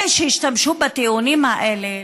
אלה שהשתמשו בטיעונים האלה,